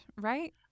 right